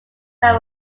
that